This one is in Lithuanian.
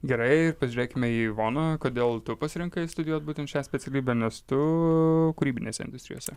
gerai pažiūrėkime į ivoną kodėl tu pasirinkai studijuot būtent šią specialybę nes tu kūrybinėse industrijose